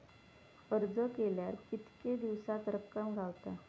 अर्ज केल्यार कीतके दिवसात रक्कम गावता?